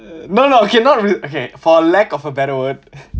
no no okay no okay for lack of a better word